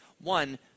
One